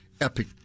epic